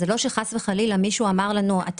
זה לא שחס וחלילה מישהו אמר לנו מרשות